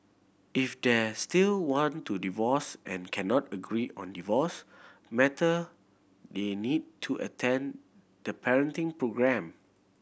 if they still want to divorce and cannot agree on divorce matter they need to attend the parenting programme